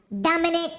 Dominic